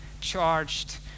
charged